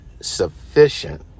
sufficient